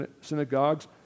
synagogues